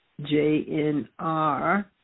JNR